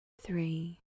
three